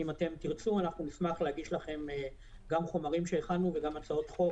אם תרצו נשמח להגיש לכם חומרים שהכנו והצעות חוק